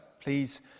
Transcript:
please